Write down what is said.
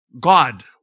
God